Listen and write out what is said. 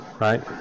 right